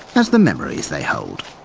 as the memories they hold.